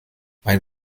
ein